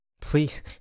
Please